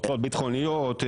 הוצאות ביטחוניות,